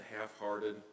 half-hearted